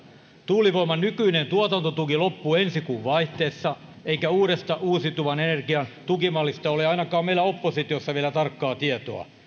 tuulivoiman nykyinen tuotantotuki loppuu ensi kuun vaihteessa eikä uudesta uusiutuvan energian tukimallista ole ainakaan meillä oppositiossa vielä tarkkaa tietoa